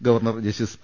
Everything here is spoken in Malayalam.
governor justice P